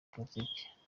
politike